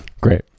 Great